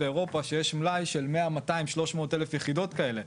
באירופה שיש מלאי של 100-300 אלף יחידות כאלה.